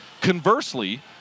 Conversely